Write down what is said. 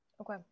Okay